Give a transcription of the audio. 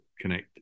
connect